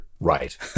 Right